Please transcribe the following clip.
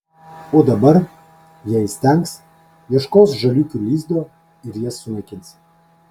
o dabar jei įstengs ieškos žaliūkių lizdo ir jas sunaikins